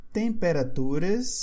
temperaturas